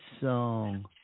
song